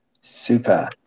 Super